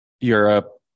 Europe